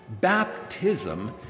baptism